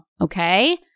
Okay